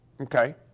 Okay